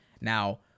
Now